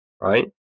right